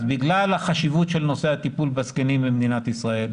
אז בגלל החשיבות של נושא הטיפול בזקנים במדינת ישראל,